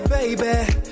Baby